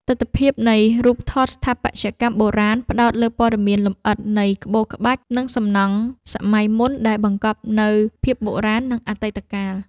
ទិដ្ឋភាពនៃរូបថតស្ថាបត្យកម្មបុរាណផ្ដោតលើព័ត៌មានលម្អិតនៃក្បូរក្បាច់ និងសំណង់សម័យមុនដែលបង្កប់នូវភាពបុរាណ និងអតីតកាល។